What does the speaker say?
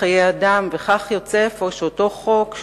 וכך יוצא אפוא שאותו חוק,